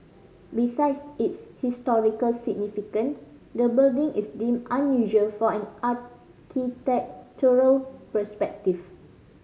besides its historical significance the building is deemed unusual from an architectural perspective